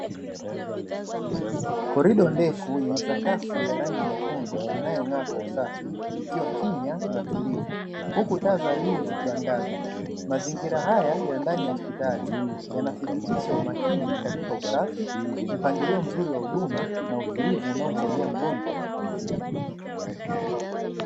Korido ndefu yenye sakafu ya rangi nyekundu inayong’aa kwa usafi, ikiwa kimya na tulivu huku taa za juu zikiangaza. Mazingira haya ya ndani ya hospitali yanathibitisha umakini katika usafi, mpangilio mzuri wa huduma na utulivu unaomsadia mgonjwa kupumzika.